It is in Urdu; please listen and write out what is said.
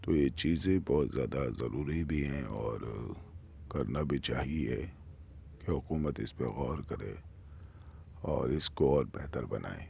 تو یہ چیزیں بہت زیادہ ضروری بھی ہیں اور کرنا بھی چاہیے کہ حکومت اس پہ غور کرے اور اس کو اور بہتر بنائے